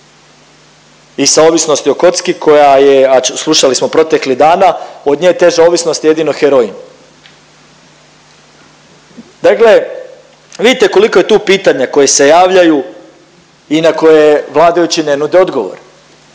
i sa ovisnosti o kocki, koja je, a slušali smo proteklih dana, od nje teža ovisnost je jedino heroin. Dakle vidite koliko je tu pitanja koja se javljaju i na koje vladajući ne nude odgovor.